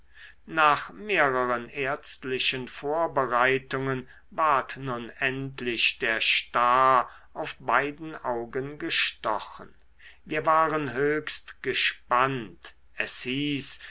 nach mehreren ärztlichen vorbereitungen ward nun endlich der star auf beiden augen gestochen wir waren höchst gespannt es hieß